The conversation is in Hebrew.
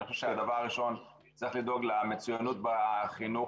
אני חושב שדבר ראשון צריך לדאוג למצוינות בחינוך